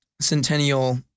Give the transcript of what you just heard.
centennial